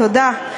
תודה.